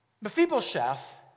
Mephibosheth